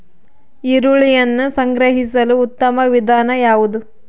ಈರುಳ್ಳಿಯನ್ನು ಸಂಗ್ರಹಿಸಲು ಉತ್ತಮ ವಿಧಾನ ಯಾವುದು?